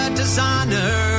designer